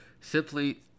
Simply